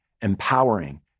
empowering